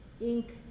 ink